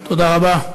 תודה רבה.